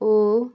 ଓ